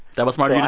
that was smart